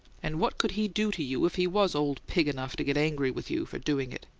and what could he do to you if he was old pig enough to get angry with you for doing it?